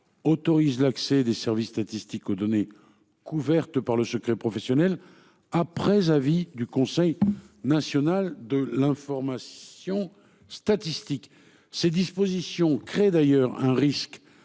autorise l'accès des services statistiques aux données couvertes par le secret professionnel, après avis du Conseil national de l'information statistique (Cnis). En résulte d'ailleurs un risque